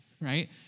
right